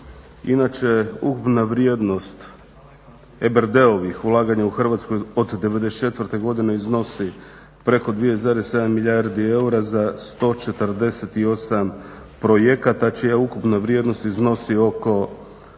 Inače, ukupna vrijednost EBRD-ovih ulaganja u Hrvatsku od '94. godine iznosi preko 2,7 milijardi eura za 148 projekata čija ukupna vrijednost iznosi oko